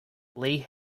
leigh